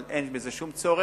אבל אין בזה שום צורך.